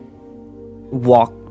walk